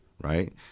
Right